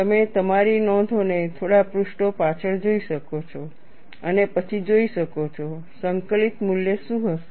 તમે તમારી નોંધોને થોડા પૃષ્ઠો પાછળ જોઈ શકો છો અને પછી જોઈ શકો છો સંકલિત મૂલ્ય શું હશે